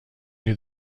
near